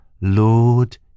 Lord